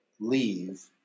leave